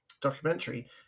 documentary